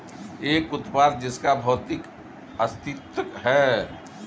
एक उत्पाद जिसका भौतिक अस्तित्व है?